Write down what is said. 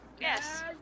Yes